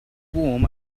warm